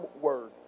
word